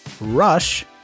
Rush